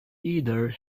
either